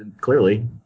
clearly